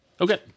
Okay